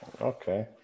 Okay